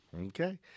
okay